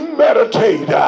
meditate